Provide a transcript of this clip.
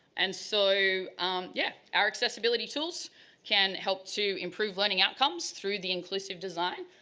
and so um yeah our accessibility tools can help to improve learning outcomes through the inclusive design,